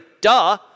Duh